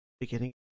beginning